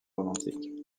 romantiques